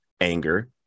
anger